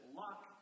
luck